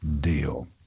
deal